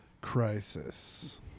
crisis